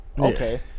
Okay